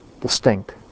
Distinct